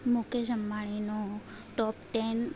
મુકેશ અંબાણીનો top ten